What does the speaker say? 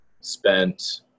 spent